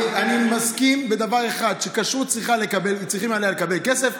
אני מסכים בדבר אחד: על כשרות צריכים לקבל כסף.